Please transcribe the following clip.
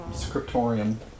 Scriptorium